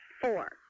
Four